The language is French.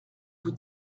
vous